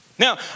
Now